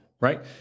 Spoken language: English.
right